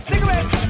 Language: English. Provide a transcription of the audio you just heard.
Cigarettes